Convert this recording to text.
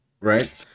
right